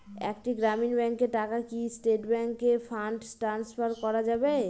একটি গ্রামীণ ব্যাংকের টাকা কি স্টেট ব্যাংকে ফান্ড ট্রান্সফার করা যাবে?